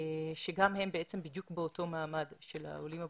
שגם הם בעצם בדיוק באותו מעמד של העולים הבודדים.